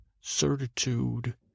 certitude